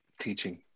teaching